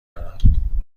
دارم